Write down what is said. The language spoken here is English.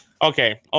Okay